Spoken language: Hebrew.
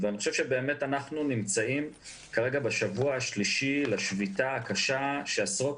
אני חושב שאנחנו נמצאים כרגע בשבוע השלישי לשביתה הקשה כאשר עשרות